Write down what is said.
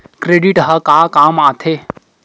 Credit ह का काम आथे?